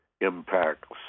impacts